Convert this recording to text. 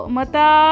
Mata